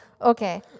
Okay